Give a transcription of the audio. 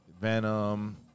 Venom